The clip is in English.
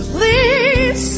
Please